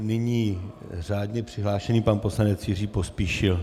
Nyní řádně přihlášený pan poslanec Jiří Pospíšil.